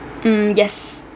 mm yes